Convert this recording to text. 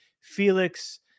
Felix